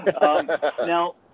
Now